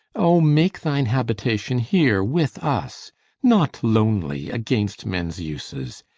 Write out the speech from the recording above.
oh, make thine habitation here with us, not lonely, against men's uses.